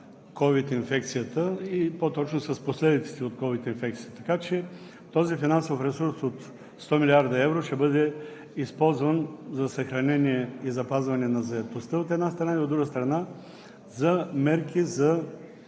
COVID инфекцията и по-точно с последиците от COVID инфекцията. Така че този финансов ресурс от 100 млрд. евро ще бъде използван за съхранение и запазване на заетостта, от една страна, и, от друга страна, за мерки за